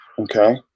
Okay